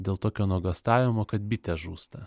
dėl tokio nuogąstavimo kad bitės žūsta